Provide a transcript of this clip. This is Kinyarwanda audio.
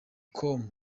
com